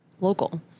local